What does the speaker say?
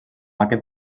aquest